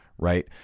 Right